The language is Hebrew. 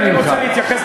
אני רוצה להתייחס,